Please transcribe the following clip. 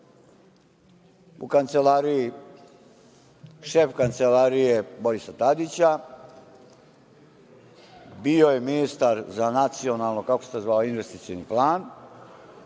šef kancelarije Borisa Tadića, bio je ministar za nacionalno investicioni plan.